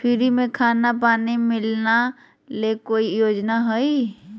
Free में खाना पानी मिलना ले कोइ योजना हय?